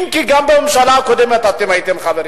אם כי גם בממשלה הקודמת אתם הייתם חברים.